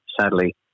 sadly